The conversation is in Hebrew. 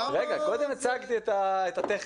רגע, קודם הצגתי את הטכני.